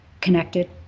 connected